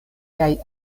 kaj